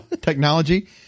technology